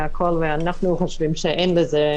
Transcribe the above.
ואנחנו חושבים שאין בזה צורך,